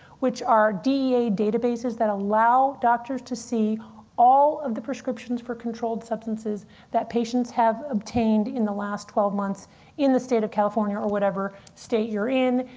which are dea databases that allow doctors to see all of the prescriptions for controlled substances that patients have obtained in the last twelve months in the state of california, or whatever state you're in.